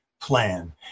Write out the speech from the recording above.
plan